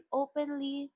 openly